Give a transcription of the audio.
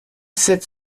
sept